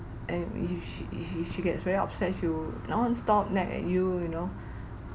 and if she if she she gets very upset she'll nonstop nag at you you know